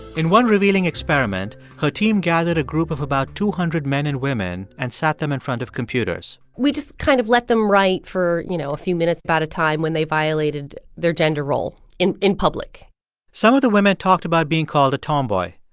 in one revealing experiment, her team gathered a group of about two hundred men and women and sat them in front of computers we just kind of let them write for, you know, a few minutes about a time when they violated their gender role in in public some of the women talked about being called a tomboy.